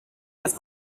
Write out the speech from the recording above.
las